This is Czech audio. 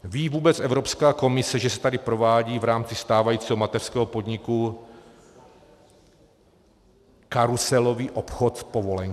Ví vůbec Evropská komise, že se tady provádí v rámci stávajícího mateřského podniku karuselový obchod s povolenkami?